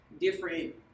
Different